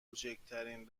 کوچکترین